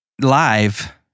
Live